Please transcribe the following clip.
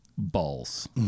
balls